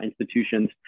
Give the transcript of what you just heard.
institutions